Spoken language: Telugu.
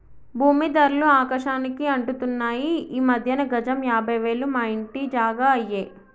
భూమీ ధరలు ఆకాశానికి అంటుతున్నాయి ఈ మధ్యన గజం యాభై వేలు మా ఇంటి జాగా అయ్యే